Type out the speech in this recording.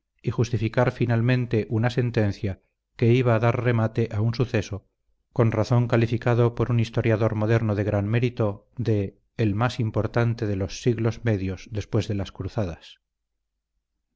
y justificar finalmente una sentencia que iba a dar remate a un suceso con razón calificado por un historiador moderno de gran mérito de el más importante de los siglos medios después de las cruzadas